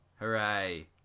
Hooray